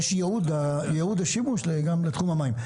יש ייעוד השימוש גם לתחום המים.